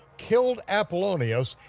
killed apollonius,